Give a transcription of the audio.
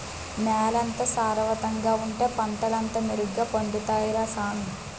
నేలెంత సారవంతంగా ఉంటే పంటలంతా మెరుగ్గ పండుతాయ్ రా సామీ